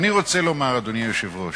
אני רוצה לומר, אדוני היושב-ראש,